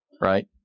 right